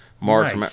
Mark